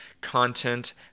content